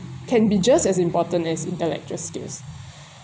can be just as important as intellectual skills